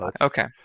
Okay